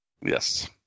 Yes